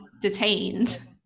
detained